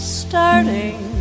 starting